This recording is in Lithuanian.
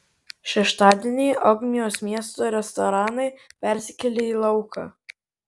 šeštadienį ogmios miesto restoranai persikėlė į lauką